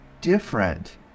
different